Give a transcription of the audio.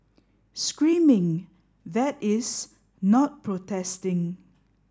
screaming that is not protesting